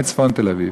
לא מצפון תל-אביב.